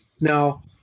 Now